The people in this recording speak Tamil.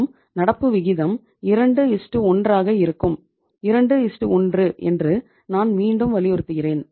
மற்றும் நடப்பு விகிதம் 21 ஆக இருக்கும் 21 என்று நான் மீண்டும் வலியுறுத்துகுறேன்